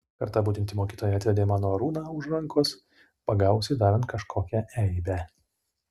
kartą budinti mokytoja atvedė mano arūną už rankos pagavusi darant kažkokią eibę